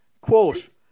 quote